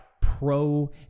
pro